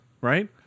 right